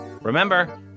Remember